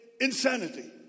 insanity